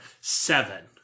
seven